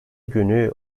günü